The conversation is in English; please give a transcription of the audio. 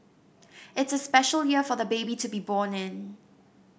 it's a special year for the baby to be born in